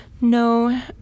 no